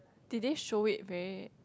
did they show it very